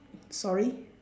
sorry